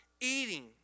eating